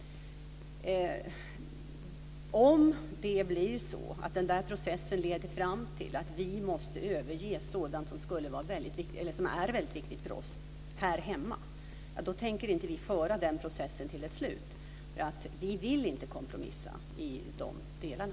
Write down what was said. Om det blir så att den processen leder fram till att vi måste överge sådant som är väldigt viktigt för oss här hemma tänker vi inte föra den processen till ett slut. Vi vill inte kompromissa i de delarna.